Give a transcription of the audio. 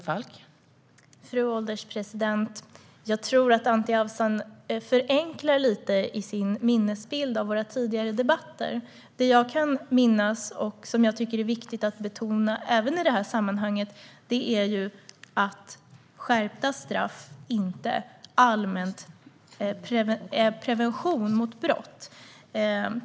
Fru ålderspresident! Jag tror att Anti Avsan lite grann förenklar sin minnesbild av våra tidigare debatter. Det som jag kan minnas och som jag tycker är viktigt att betona även i detta sammanhang är att skärpta straff inte allmänt är en prevention mot brott.